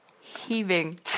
heaving